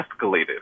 escalated